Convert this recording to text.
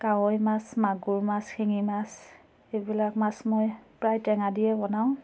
কাৱৈ মাছ মাগুৰ মাছ শিঙি মাছ এইবিলাক মাছ মই প্ৰায় টেঙা দিয়েই বনাওঁ